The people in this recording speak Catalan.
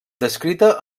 descrita